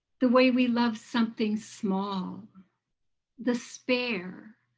the way we love something small the spare.